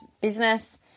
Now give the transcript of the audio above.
business